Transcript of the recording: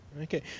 Okay